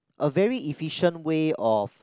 a very efficient way of